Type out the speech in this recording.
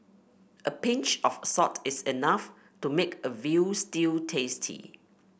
a pinch of salt is enough to make a veal stew tasty